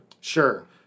Sure